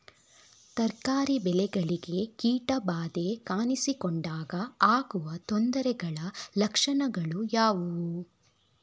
ತರಕಾರಿ ಬೆಳೆಗಳಿಗೆ ಕೀಟ ಬಾಧೆ ಕಾಣಿಸಿಕೊಂಡಾಗ ಆಗುವ ತೊಂದರೆಗಳ ಲಕ್ಷಣಗಳು ಯಾವುವು?